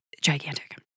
gigantic